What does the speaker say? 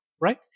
right